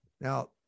Now